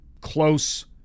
close